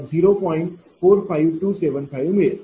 45275 मिळेल